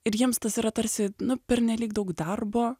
ir jiems tas yra tarsi nu pernelyg daug darbo